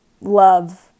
love